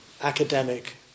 academic